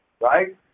right